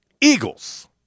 Eagles